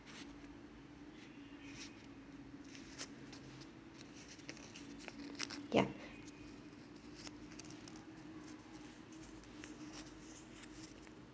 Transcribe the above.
yup